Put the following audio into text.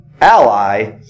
ally